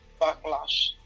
backlash